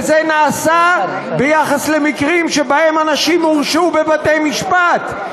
וזה נעשה ביחס למקרים שבהם אנשים הורשעו בבתי-משפט,